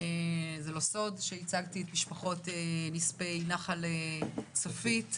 זה לא סוד שייצגתי את משפחות הנספים באסון נחל צפית,